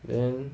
then